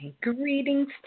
greetings